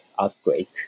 earthquake